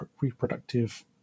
Reproductive